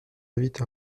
invite